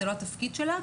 זה לא התפקיד שלה.